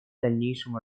дальнейшему